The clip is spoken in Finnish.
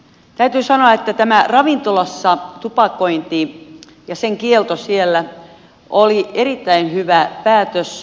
täytyy sanoa että ravintolassa tupakoinnin kielto oli erittäin hyvä päätös